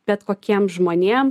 bet kokiem žmonėm